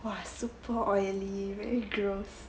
!wah! super oily very gross